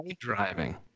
Driving